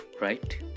Right